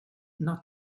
not